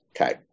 Okay